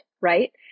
right